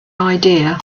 idea